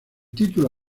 título